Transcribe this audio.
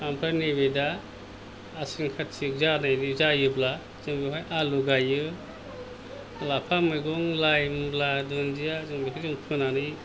ओमफ्राय नैबे दा आसिन कार्तिक जानायनि जायोब्ला जों बेवहाय आलु गायो लाफा मैगं लाइ मुला दुनदिया जों बेखौ जों फोनानै